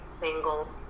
single